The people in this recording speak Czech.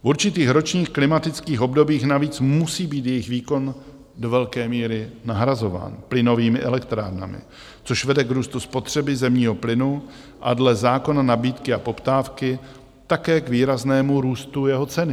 V určitých ročních klimatických obdobích navíc musí být jejich výkon do velké míry nahrazován plynovými elektrárnami, což vede k růstu spotřeby zemního plynu a dle zákona nabídky a poptávky také k výraznému růstu jeho ceny.